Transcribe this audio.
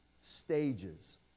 stages